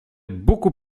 beaucoup